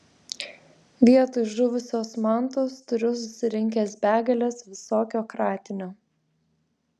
vietoj žuvusios mantos turiu susirinkęs begales visokio kratinio